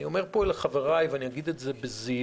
אני אגיד את זה בזהירות: